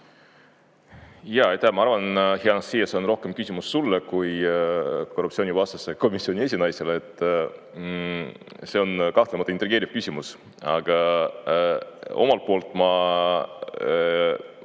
hea Anastassia, see on rohkem küsimus sulle kui korruptsioonivastase komisjoni esinaisele. See on kahtlemata intrigeeriv küsimus. Aga omalt poolt ma